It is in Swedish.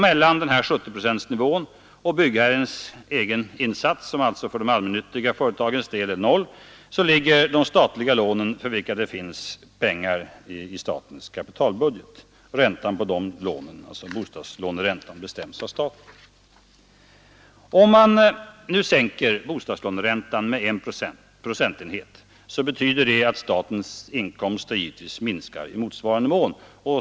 Mellan 70-procentsnivån och byggherrens egen insats, som alltså för de allmännyttiga företagen är noll, ligger de statliga lånen för vilka det finns pengar i statens kapitalbudget. Räntan på dessa lån, ”bostadslåneräntan”, bestäms av staten. Om man nu sänker bostadslåneräntan med en procentenhet, betyder det att statens inkomster minskar i motsvarande mån.